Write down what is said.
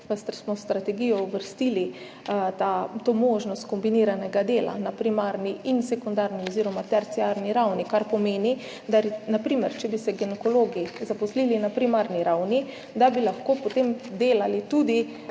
smo v strategijo uvrstili to možnost kombiniranega dela na primarni in sekundarni oziroma terciarni ravni, kar pomeni na primer, da če bi se ginekologi zaposlili na primarni ravni, bi lahko potem delali tudi